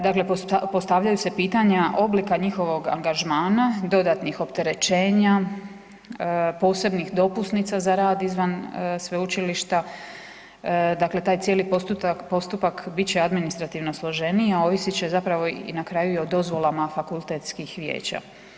Dakle, postavljaju se pitanja oblika njihovog angažmana, dodatnih opterećenja, posebnih dopusnica za rad izvan sveučilišta, dakle taj cijeli postotak, postupak bit će administrativno složeniji, a ovisit će zapravo i na kraju i o dozvolama fakultetskih vijeća.